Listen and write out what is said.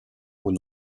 aux